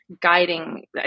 guiding